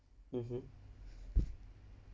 mmhmm